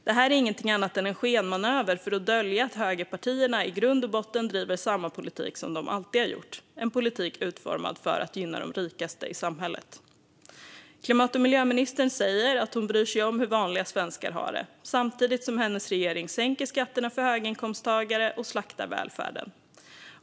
Detta är ingenting annat än en skenmanöver för att dölja att högerpartierna i grund och botten driver samma politik som de alltid har gjort: en politik utformad för att gynna de rikaste i samhället. Klimat och miljöministern säger att hon bryr sig om hur vanliga svenskar har det samtidigt som hennes regering sänker skatterna för höginkomsttagare och slaktar välfärden.